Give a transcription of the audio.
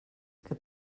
que